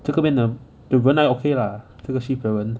这个边人人还 okay lah 这个 shift 的人